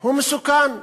הוא מסוכן.